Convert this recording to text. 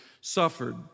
suffered